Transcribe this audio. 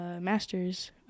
masters